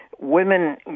women